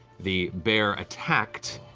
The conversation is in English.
the bear attacked,